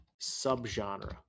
subgenre